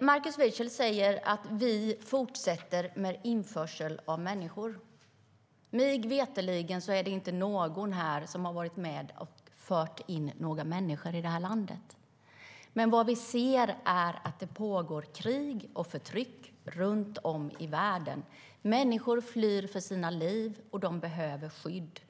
Markus Wiechel säger att vi fortsätter med "införsel av människor". Mig veterligen är det inte någon här som har varit med och "fört in" några människor i det här landet. Men vad vi ser är att det pågår krig och förtryck runt om i världen. Människor flyr för sina liv, och de behöver skydd.